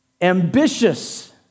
ambitious